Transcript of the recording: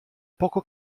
poco